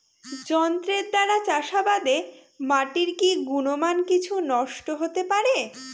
যন্ত্রের দ্বারা চাষাবাদে মাটির কি গুণমান কিছু নষ্ট হতে পারে?